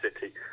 city